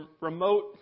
remote